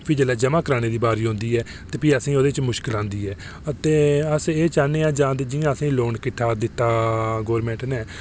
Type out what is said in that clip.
फ्ही जिसलै जमा करना दी बारी औंदी ते भी असें ई ओह्दे च मुश्कल औंदी ऐ अते चाह्न्ने आं जां ते जि'यां अस लोन किट्ठा दित्ता गौरमैंट नै